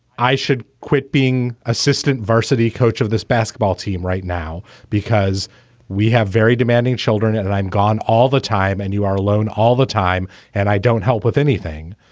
i should quit being assistant varsity coach of this basketball team right now, because we have very demanding children yeah that i'm gone all the time. and you are alone all the time and i don't help with anything.